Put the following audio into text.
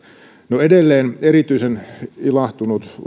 no edelleen erityisen ilahtunut